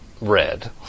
red